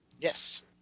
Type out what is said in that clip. Yes